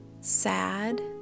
sad